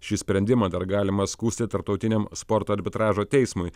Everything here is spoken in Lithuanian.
šį sprendimą dar galima skųsti tarptautiniam sporto arbitražo teismui